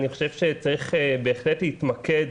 אני חושב שצריך בהחלט להתמקד